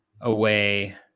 away